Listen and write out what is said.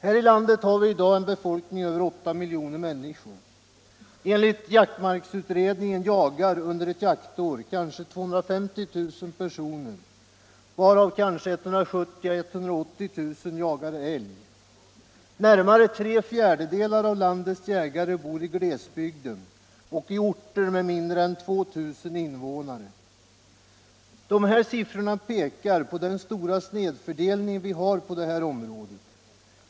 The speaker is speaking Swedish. Här i landet har vi i dag en befolkning på över 8 miljoner människor. Enligt jaktmarksutredningen jagar under ett jaktår kanske 250 000 personer, varav kanske 170 000-180 000 jagar älg. Närmare tre fjärdedelar av landets jägare bor i glesbygd och i orter med mindre än 2 000 invånare. Dessa siffror pekar på den stora snedfördelning vi har på detta område.